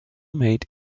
made